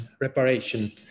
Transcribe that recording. reparation